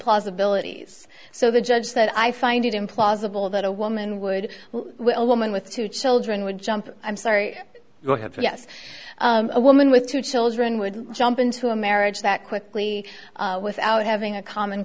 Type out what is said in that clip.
usibilities so the judge that i find it implausible that a woman would a woman with two children would jump i'm sorry go ahead for yes a woman with two children would jump into a marriage that quickly without having a common